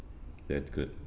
that's good